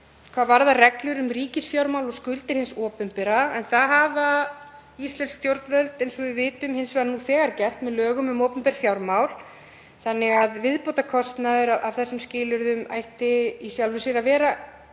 hvað varðar reglur um ríkisfjármál og skuldir hins opinbera. Það hafa íslensk stjórnvöld eins og við vitum nú þegar gert með lögum um opinber fjármál þannig að viðbótarkostnaður af þessum skilyrðum ætti í sjálfu sér að vera